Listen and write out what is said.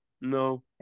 no